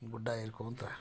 ಗುಡ್ಡ ಏರ್ಕೊಳ್ತಾ